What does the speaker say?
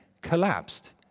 collapsed